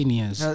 years